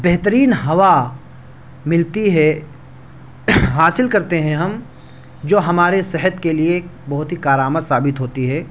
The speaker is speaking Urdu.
بہترین ہوا ملتی ہے حاصل کرتے ہیں ہم جو ہمارے صحت کے لیے بہت ہی کار آمد ثابت ہوتی ہے